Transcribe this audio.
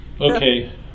Okay